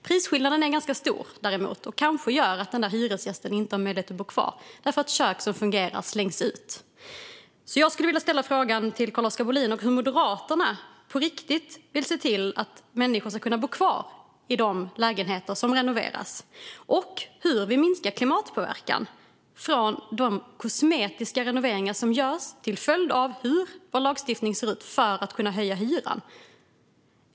Prisskillnaden är ganska stor, och den kanske gör att hyresgästen inte har möjlighet att bo kvar när ett kök som fungerar slängs ut. Jag skulle vilja fråga Carl-Oskar Bohlin: Hur vill Moderaterna på riktigt se till att människor kan bo kvar i de lägenheter som renoveras? Och hur minskar vi klimatpåverkan från de kosmetiska renoveringar som görs, till följd av hur vår lagstiftning ser ut, för att man ska kunna höja hyran?